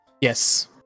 Yes